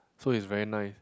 so is very nice